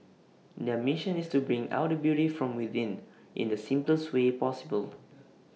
their mission is to bring out the beauty from within in the simplest way possible